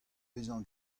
bezañ